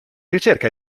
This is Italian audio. ricerca